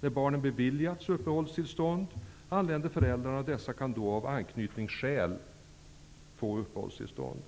När barnen beviljats uppehållstillstånd anländer föräldrarna. Dessa kan då av anknytningsskäl få uppehållstillstånd.